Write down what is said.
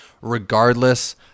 regardless